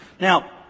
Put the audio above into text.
Now